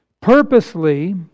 Purposely